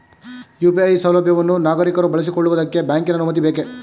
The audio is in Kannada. ಯು.ಪಿ.ಐ ಸೌಲಭ್ಯವನ್ನು ನಾಗರಿಕರು ಬಳಸಿಕೊಳ್ಳುವುದಕ್ಕೆ ಬ್ಯಾಂಕಿನ ಅನುಮತಿ ಬೇಕೇ?